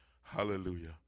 Hallelujah